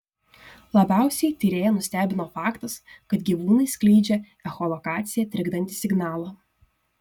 labiausiai tyrėją nustebino faktas kad gyvūnai skleidžia echolokaciją trikdantį signalą